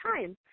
time